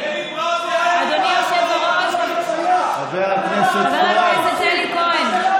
אדוני היושב-ראש, חבר הכנסת כהן.